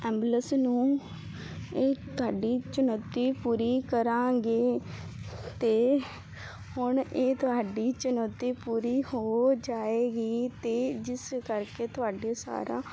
ambulance ਨੂੰ ਇਹ ਤੁਹਾਡੀ ਚੁਣੌਤੀ ਪੂਰੀ ਕਰਾਂਗੇ ਅਤੇ ਹੁਣ ਇਹ ਤੁਹਾਡੀ ਚੁਣੌਤੀ ਪੂਰੀ ਹੋ ਜਾਵੇਗੀ ਅਤੇ ਜਿਸ ਕਰਕੇ ਤੁਹਾਡੇ ਸਾਰਾ